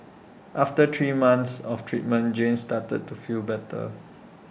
after three months of treatment Jane started to feel better